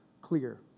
clear